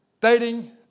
dating